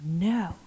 No